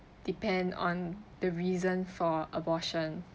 depend on the reason for abortion